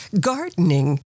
gardening